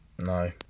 No